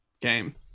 game